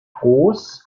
groß